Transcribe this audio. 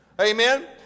Amen